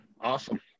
Awesome